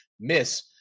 miss